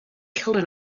killed